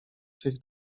tych